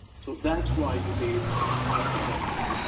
so that's why you need eye protection.